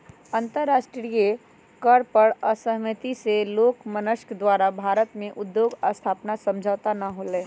अंतरराष्ट्रीय कर पर असहमति से एलोनमस्क द्वारा भारत में उद्योग स्थापना समझौता न होलय